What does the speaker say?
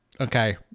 okay